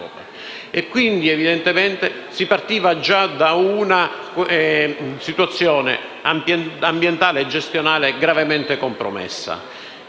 Quindi, evidentemente, si partiva già da una situazione ambientale e gestionale gravemente compromessa.